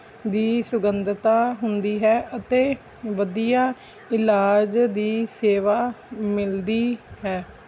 ਦੀ ਸੁਗੰਧਤਾ ਹੁੰਦੀ ਹੈ ਅਤੇ ਵਧੀਆ ਇਲਾਜ ਦੀ ਸੇਵਾ ਮਿਲਦੀ ਹੈ